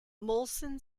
molson